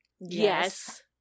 Yes